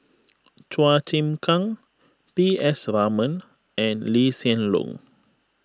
Chua Chim Kang P S Raman and Lee Hsien Loong